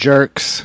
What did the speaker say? Jerks